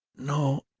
no,